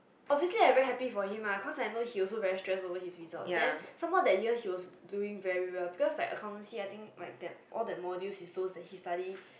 obviously I very happy for him ah cause I know he very stress for his result then some more that year he was doing very well because like accountancy I think like that all the module like his so he study